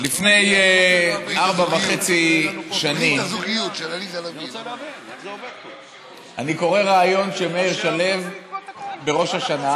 לפני ארבע שנים וחצי אני קורא ריאיון של מאיר שלו בראש השנה,